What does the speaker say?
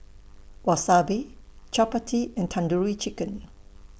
Wasabi Chapati and Tandoori Chicken